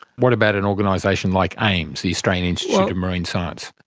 what about an organisation like aims, the australian institute of marine science?